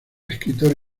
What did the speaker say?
escritora